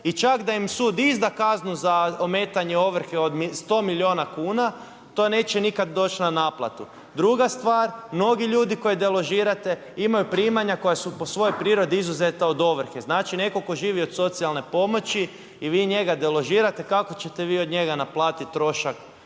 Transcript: i čak i da im sud izda kaznu za ometanje ovrhe od 100 milijuna kuna, to neće nikad doć na naplatu. Druga stvar, mnogi ljudi koji deložirate imaju primanja koja su po svojoj prirodi izuzeta od ovrhe. Znači netko ko živi od socijalne pomoći i vi njega deložirate, kak o ćete vi od njega naplatiti trošak